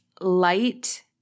light